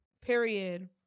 period